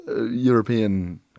European